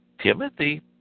Timothy